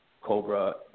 Cobra